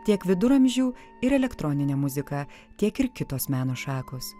tiek viduramžių ir elektroninė muzika tiek ir kitos meno šakos